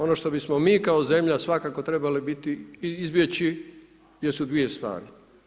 Ono što bismo mi kao zemlja svakako trebali biti i izbjeći jesu dvije stvari.